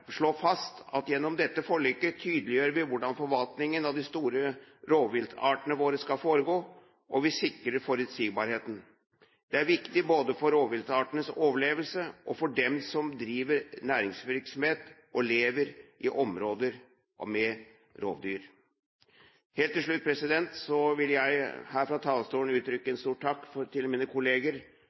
slå fast at gjennom dette forliket tydeliggjør vi hvordan forvaltningen av de store rovviltartene våre skal foregå, og vi sikrer forutsigbarheten. Det er viktig både for rovviltartenes overlevelse og for dem som driver næringsvirksomhet og lever i områder med rovdyr. Helt til slutt vil jeg her fra talerstolen rette en stor takk til mine kolleger